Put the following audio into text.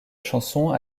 chanson